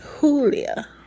Julia